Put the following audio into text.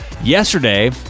Yesterday